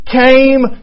came